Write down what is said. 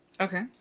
Okay